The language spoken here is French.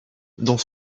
dont